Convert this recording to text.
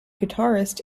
guitarist